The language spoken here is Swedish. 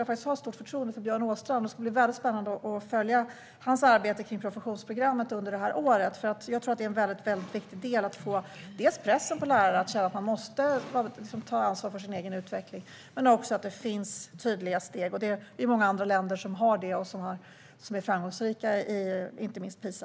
Jag har stort förtroende för Björn Åstrand, och det ska bli spännande att följa hans arbete med professionsprogrammet under det här året. Jag tror att det är en väldigt viktig del för att sätta press på lärare att känna att de måste ta ansvar för sin egen utveckling. Det är också viktigt att det finns tydliga steg. Det är många andra länder som har det och är framgångsrika, inte minst i PISA.